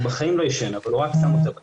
והוא בחיים לא עישן אבל הוא רק שם אותה בכיס,